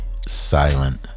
silent